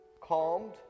calmed